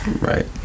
Right